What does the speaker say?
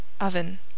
oven